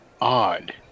odd